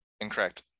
Incorrect